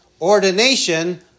ordination